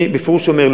אני בפירוש אומר,